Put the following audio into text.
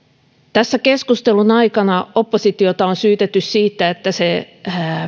tässä keskustelun aikana oppositiota on syytetty siitä että se